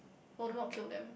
Voldemort killed them